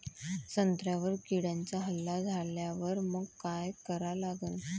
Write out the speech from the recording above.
संत्र्यावर किड्यांचा हल्ला झाल्यावर मंग काय करा लागन?